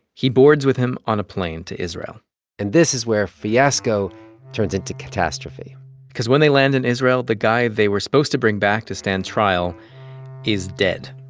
he boards with him on a plane to israel and this is where fiasco turns into catastrophe cause when they land in israel, the guy they were supposed to bring back to stand trial is dead.